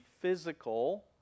physical